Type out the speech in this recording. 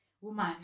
woman